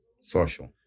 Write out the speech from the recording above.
Social